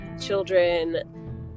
children